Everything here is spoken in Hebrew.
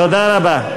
תודה רבה.